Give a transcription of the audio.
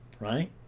right